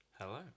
Hello